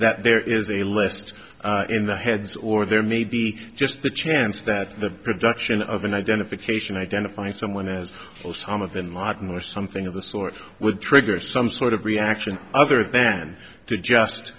that there is a list in the heads or there may be just the chance that the production of an identification identifying some and as for osama bin laden or something of the sort would trigger some sort of reaction other than to